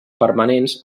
permanents